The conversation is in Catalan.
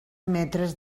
metres